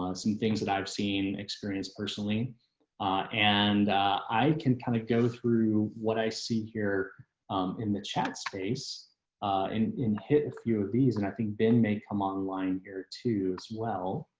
ah some things that i've seen experienced personally and i can kind of go through what i see here in the chat space in in hit a few of these and i think ben may come online here too, as well.